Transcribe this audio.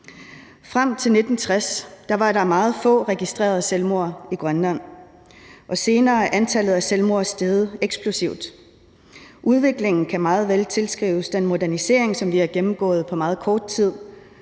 Frem til 1960 var der meget få registrerede selvmord i Grønland, og senere er antallet af selvmord steget eksplosivt. Udviklingen kan meget vel tilskrives den modernisering, som vi har gennemgået på meget kort tid.